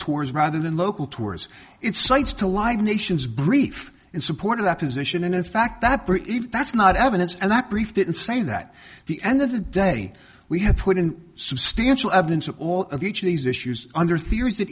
tours rather than local tours it cites to live nations brief in support of that position and in fact that brit if that's not evidence and that brief didn't say that the end of the day we have put in substantial evidence of all of each of these issues under theories that